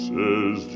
Says